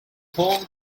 home